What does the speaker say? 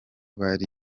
bari